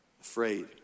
Afraid